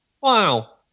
wow